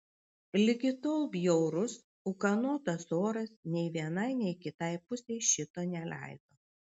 ligi tol bjaurus ūkanotas oras nei vienai nei kitai pusei šito neleido